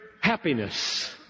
happiness